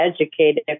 educated